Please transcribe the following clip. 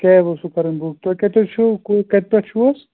cab اوسوٕ کَرٕنۍ book تۄہہِ کَتہِ حظ چھُو کو کَتہِ پٮ۪ٹھ چھُو حظ